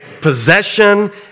possession